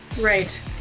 Right